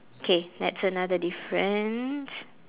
okay that's another difference